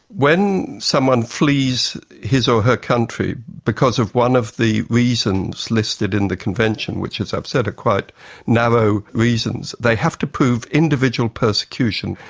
when someone flees his or her country because of one of the reasons listed in the convention, which, as i've said, are quite narrow reasons, they have to prove individual persecution.